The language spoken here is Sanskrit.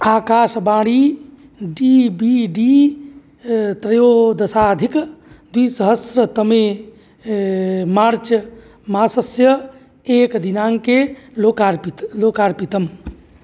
आकाशवाणी डी बी डी त्रयोदशाधिक द्विसहस्रतमे मार्च् मासस्य एकदिनाङ्के लोकार्पितं लोकार्पितम्